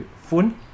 phone